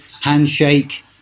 handshake